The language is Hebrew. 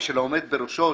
ושל העומד בראשו,